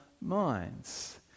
minds